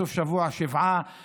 בסוף השבוע שבעה,